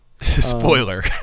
Spoiler